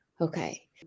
okay